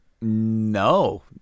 no